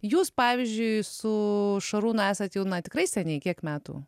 jūs pavyzdžiui su šarūnu esat jau na tikrai seniai kiek metų